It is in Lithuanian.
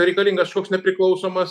reikalingas kažkoks nepriklausomas